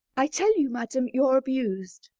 i tell you, madam, you're abused.